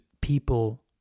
people